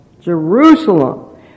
Jerusalem